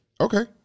Okay